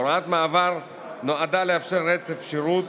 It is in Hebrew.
הוראת המעבר נועדה לאפשר רצף שירות